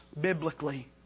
biblically